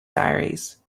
diaries